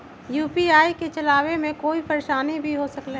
UPI के चलावे मे कोई परेशानी भी हो सकेला?